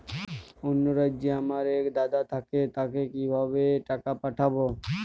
অন্য রাজ্যে আমার এক দাদা থাকে তাকে কিভাবে টাকা পাঠাবো?